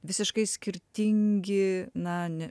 visiškai skirtingi na ne